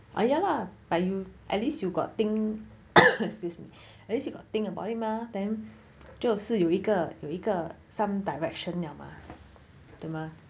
ah ya lah but you at least you got think excuse me at least you got think about it mah then 就是有一个有一个 some direction liao mah 对吗